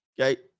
Okay